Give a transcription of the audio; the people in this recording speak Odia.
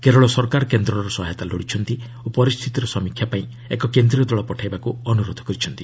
କେରଳ ସରକାର କେନ୍ଦ୍ରର ସହାୟତା ଲୋଡ଼ିଛନ୍ତି ଓ ପରିସ୍ଥିତିର ସମୀକ୍ଷାପାଇଁ ଏକ କେନ୍ଦ୍ରୀୟ ଦଳ ପଠାଇବାକୁ ଅନୁରୋଧ ଜଣାଇଛନ୍ତି